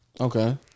Okay